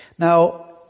Now